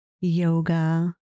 yoga